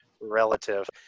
relative